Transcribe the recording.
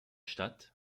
stadt